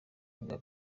bwa